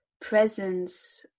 presence